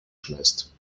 schmeißt